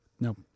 No